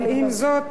אבל עם זאת